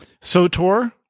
SOTOR